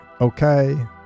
okay